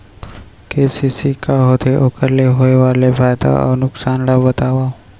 KCC का होथे, ओखर ले होय वाले फायदा अऊ नुकसान ला बतावव?